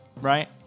Right